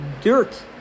dirt